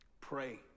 Pray